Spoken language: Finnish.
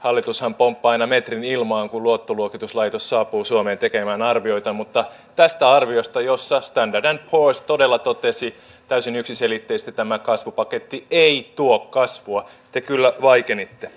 hallitushan pomppaa aina metrin ilmaan kun luottoluokituslaitos saapuu suomeen tekemään arvioita mutta tästä arviosta jossa standard poors todella totesi täysin yksiselitteisesti että tämä kasvupaketti ei tuo kasvua te kyllä vaikenitte